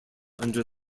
under